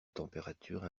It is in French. température